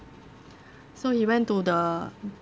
so he went to the